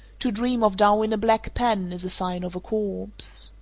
to dream of dough in a black pan is a sign of a corpse.